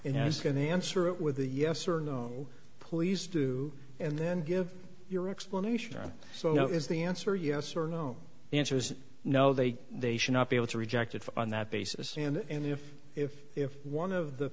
going to answer it with a yes or no please do and then give your explanation on so is the answer yes or no answer is no they they should not be able to reject it on that basis and if if if one of the